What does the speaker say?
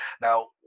Now